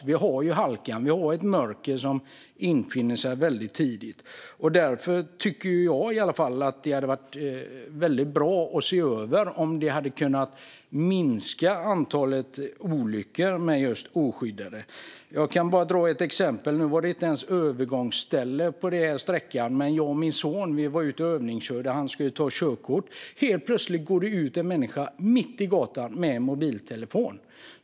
Vi har halka och mörker som infinner sig väldigt tidigt, och därför tycker i alla fall jag att det hade varit väldigt bra att se över om man hade kunnat minska antalet olyckor med just oskyddade. Jag kan bara dra ett exempel. Nu fanns det inte ens ett övergångsställe på den här sträckan där jag var ute och övningskörde med min son som skulle ta körkort. Helt plötsligt går det ut en människa mitt i gatan med en mobiltelefon.